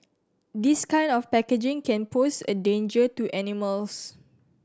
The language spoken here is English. this kind of packaging can pose a danger to animals